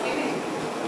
מסכימים.